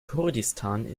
kurdistan